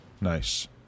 Nice